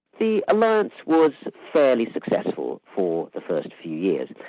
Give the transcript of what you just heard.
the alliance was fairly successful for the first few years,